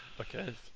okay